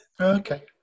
okay